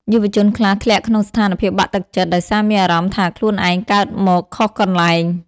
យុវជនខ្លះធ្លាក់ក្នុងស្ថានភាពបាក់ទឹកចិត្ត ដោយសារមានអារម្មណ៍ថាខ្លួនឯង "កើតមកខុសកន្លែង"។